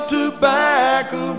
Tobacco